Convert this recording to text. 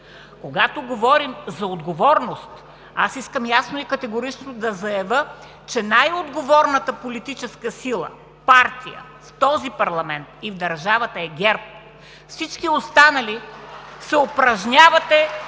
Когато говорим за отговорност, искам ясно и категорично да заявя, че най-отговорната политическа сила, партия, в този парламент и в държавата е ГЕРБ. (Ръкопляскания от